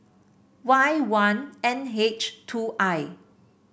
Y one N H two I